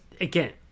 again